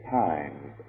times